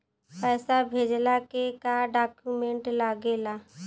पैसा भेजला के का डॉक्यूमेंट लागेला?